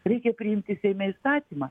reikia priimti seime įstatymą